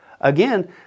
Again